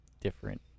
different